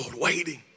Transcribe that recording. waiting